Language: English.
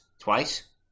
Twice